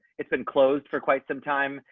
it's been closed for quite some time.